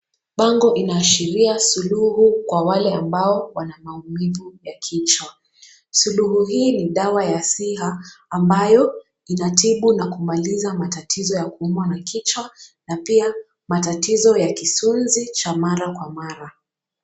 Bango inaashiria suluhu kwa wale ambao wana maumivu ya kichwa. Suluhu hii ni dawa ya siha ambayo inatibu na kumaliza matatizo ya kuumwa na kichwa na pia matatizo ya kisunzi ya mara kwa mara.